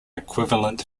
equivalent